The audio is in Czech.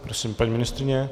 Prosím, paní ministryně.